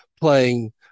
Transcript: playing